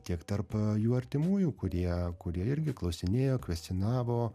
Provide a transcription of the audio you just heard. tiek tarp jų artimųjų kurie kurie irgi klausinėjo kvestionavo